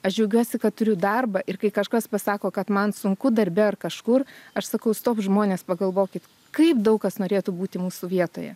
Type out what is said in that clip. aš džiaugiuosi kad turiu darbą ir kai kažkas pasako kad man sunku darbe ar kažkur aš sakau stop žmonės pagalvokit kaip daug kas norėtų būti mūsų vietoje